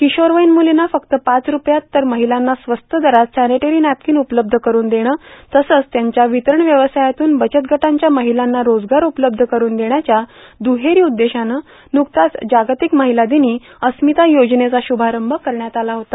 किशोरवयीन मुलींना फक्त पाच रूपयात तर महिलांना स्वस्त दरात सॅनिटरी नॅपकीन उपलब्ध करून देणं तसंच त्याच्या वितरण व्यवसायातून बचतगदांच्या महिलांना रोजगार उपलब्ध करून देण्याच्या दुहेरी उद्देशानं नुकताच जागतिक महिला दिनी अस्मिता योजनेचा शुभारंभ करण्यात आला आहे